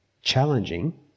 challenging